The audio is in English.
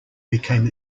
became